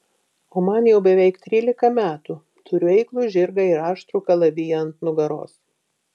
o man jau beveik trylika metų turiu eiklų žirgą ir aštrų kalaviją ant nugaros